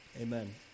Amen